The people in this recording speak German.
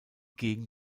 gegend